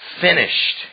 finished